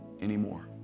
anymore